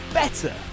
better